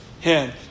hand